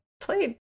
played